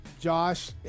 Josh